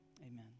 Amen